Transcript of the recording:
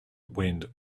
wind